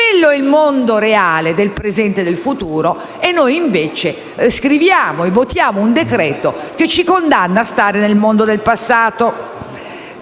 Quello è il mondo reale del presente e del futuro e noi invece votiamo un decreto che ci condanna a stare nel mondo del passato.